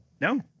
no